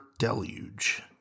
Deluge